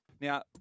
Now